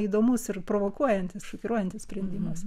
įdomus ir provokuojantis šokiruojantis sprendimas